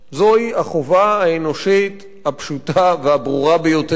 זוהי החובה האנושית הפשוטה והברורה ביותר: